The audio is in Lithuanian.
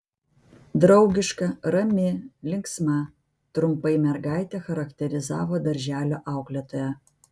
draugiška rami linksma trumpai mergaitę charakterizavo darželio auklėtoja